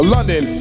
London